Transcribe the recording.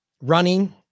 running